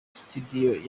studio